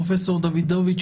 פרופ' דוידוביץ,